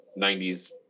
90s